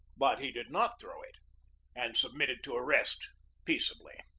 but he did not throw it and sub mitted to arrest peaceably.